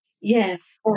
Yes